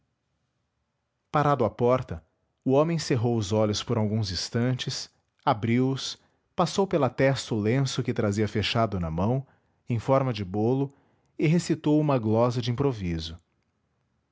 parado à porta o homem cerrou os olhos por alguns instantes abriu os passou pela testa o lenço que trazia fechado na mão em forma de bolo e recitou uma glosa de improviso